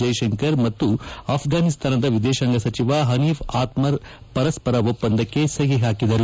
ಜೈಶಂಕರ್ ಮತ್ತು ಆಘಾನಿಸ್ತಾನದ ವಿದೇಶಾಂಗ ಸಚಿವ ಪನೀಫ್ ಆತ್ಮರ್ ಪರಸ್ವರ ಒಪ್ಪಂದಕ್ಕೆ ಸಹಿ ಪಾಕಿದರು